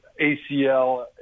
ACL